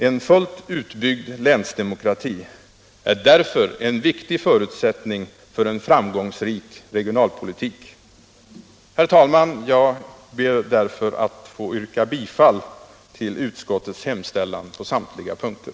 En fullt utbyggd länsdemokrati är därför en viktig förutsättning för en framgångsrik regionalpolitik. Herr talman! Jag ber att få yrka bifall till utskottets hemställan på samtliga punkter.